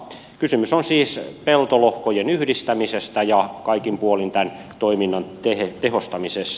kysymys on siis peltolohkojen yhdistämisestä ja kaikin puolin tämän toiminnan tehostamisesta